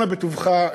אנא בטובך,